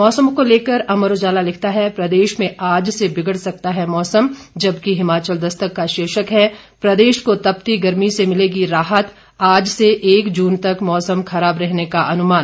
मौसम को लेकर अमर उजाला लिखता है प्रदेश में आज से बिगड़ सकता है मौसम जबकि हिमाचल दस्तक का शीर्षक है प्रदेश को तपती गर्मी से मिलेगी राहत आज से एक जून तक मौसम खराब रहने का अनुमान